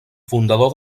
fundador